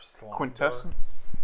quintessence